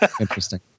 Interesting